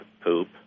poop